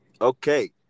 Okay